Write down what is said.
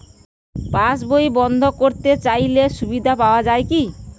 পাশ বই বন্দ করতে চাই সুবিধা পাওয়া যায় কি?